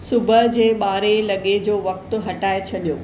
सुबुह जे ॿारहे लॻे जो वक़्ति हटाए छॾियो